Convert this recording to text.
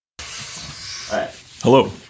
Hello